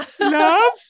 Love